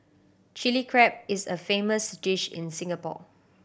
Chilli Crab is a famous dish in Singapore